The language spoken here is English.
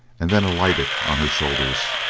and then alighted on her shoulders.